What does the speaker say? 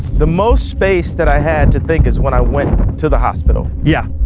the most space that i had to think is when i went to the hospital yeah